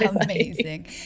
Amazing